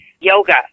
yoga